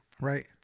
Right